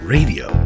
radio